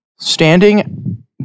Standing